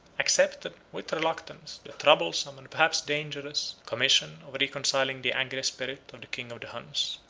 accepted, with reluctance, the troublesome, and perhaps dangerous, commission of reconciling the angry spirit of the king of the huns.